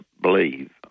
believe